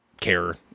care